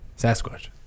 Sasquatch